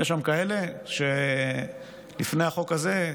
יש שם כאלה שלפני החוק הזה,